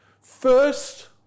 First